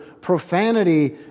profanity